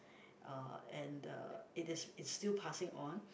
uh and the it is is still passing on